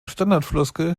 standardfloskel